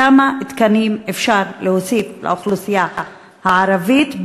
כמה תקנים אפשר להוציא לאוכלוסייה הערבית,